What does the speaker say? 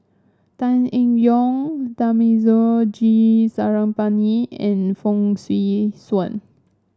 Tan Eng Yoon Thamizhavel G Sarangapani and Fong Swee Suan